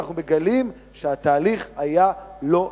אנחנו מגלים שהתהליך היה לא נכון.